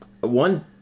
one